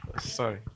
sorry